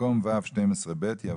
במקום "ו-12(ב)".